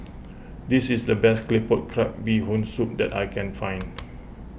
this is the best Claypot Crab Bee Hoon Soup that I can find